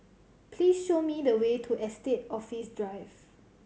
please show me the way to Estate Office Drive